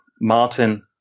Martin